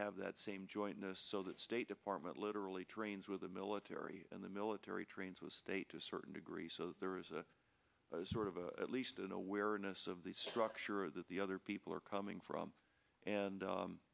have that same jointness so that state department literally trains with the military and the military trains with state to a certain degree so there is a sort of a at least an awareness of the structure that the other people are coming from and